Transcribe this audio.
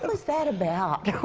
what was that about?